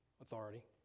authority